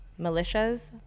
militias